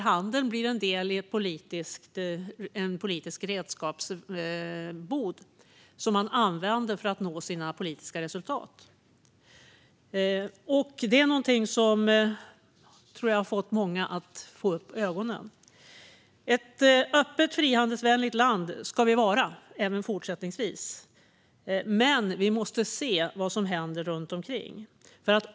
Handeln blir en del av en politisk redskapsbod som man använder för att nå sina politiska resultat. Detta är något som jag tror många har fått upp ögonen för. Ett öppet, frihandelsvänligt land ska vi vara även fortsättningsvis, men vi måste se vad som händer runt omkring.